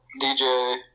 DJ